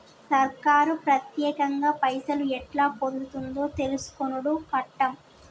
సర్కారు పత్యేకంగా పైసలు ఎట్లా పొందుతుందో తెలుసుకునుడు కట్టం